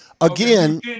again